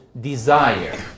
Desire